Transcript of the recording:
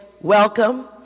welcome